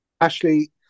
Ashley